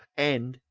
and,